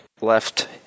left